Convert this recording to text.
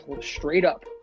straight-up